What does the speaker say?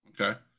okay